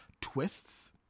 twists